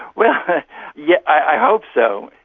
but yeah i hope so.